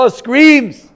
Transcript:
screams